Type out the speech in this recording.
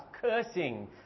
cursing